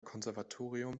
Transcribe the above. konservatorium